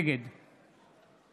נגד